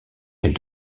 elle